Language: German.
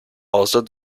außer